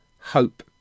hope